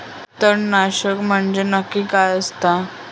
तणनाशक म्हंजे नक्की काय असता?